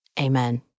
Amen